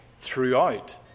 throughout